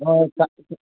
हय